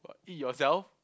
eat yourself